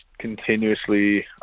continuously